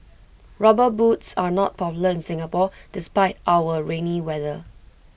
rubber boots are not popular in Singapore despite our rainy weather